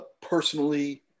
personally